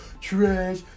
trash